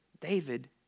David